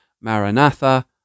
Maranatha